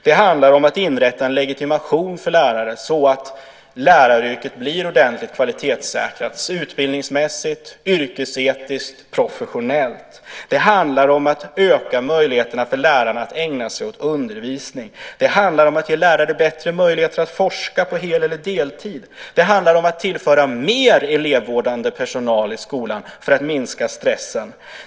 Det handlar om att inrätta en legitimation för lärare, så att läraryrket blir ordentligt kvalitetssäkrat utbildningsmässigt, yrkesetiskt och professionellt. Det handlar om att öka möjligheterna för lärare att ägna sig åt undervisning. Det handlar om att ge lärare bättre möjligheter att forska på hel eller deltid. Det handlar om att tillföra mer elevvårdande personal i skolan för att minska stressen.